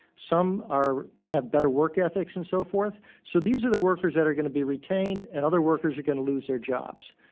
some are have better work ethics and so forth. so these are the workers that are going to be retained, and other workers are going to lose their jobs.